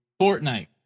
Fortnite